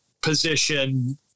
position